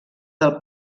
del